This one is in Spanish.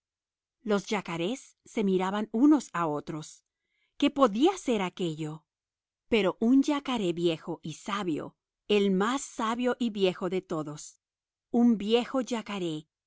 los yacarés se miraban unos a otros qué podía ser aquello pero un yacaré viejo y sabio el más sabio y viejo de todos un viejo yacaré